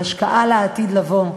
היא השקעה לעתיד לבוא.